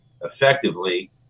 effectively